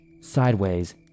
sideways